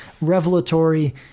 revelatory